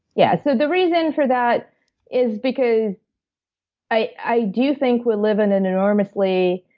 yeah so, the reason for that is because i do think we live in an enormously